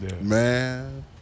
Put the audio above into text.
Man